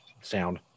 sound